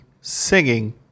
singing